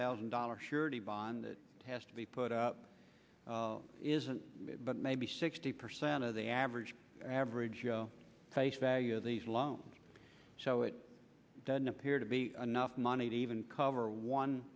thousand dollars surety bond that has to be put up isn't but maybe sixty percent of the average average joe face value of these loans so it doesn't appear to be enough money to even cover one